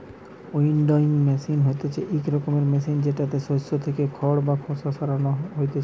winnowing machine হতিছে ইক রকমের মেশিন জেতাতে শস্য থেকে খড় বা খোসা সরানো হতিছে